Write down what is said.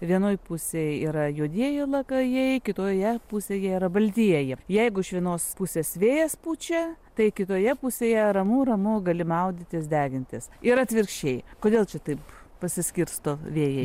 vienoj pusėj yra juodieji lakajai kitoje pusėje yra baltieji jeigu iš vienos pusės vėjas pučia tai kitoje pusėje ramu ramu gali maudytis degintis ir atvirkščiai kodėl čia taip pasiskirsto vėjai